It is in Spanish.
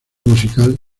musical